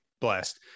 blessed